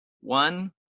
one